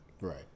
Right